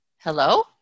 Hello